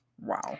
wow